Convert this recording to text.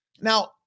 Now